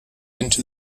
into